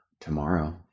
tomorrow